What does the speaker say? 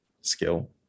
skill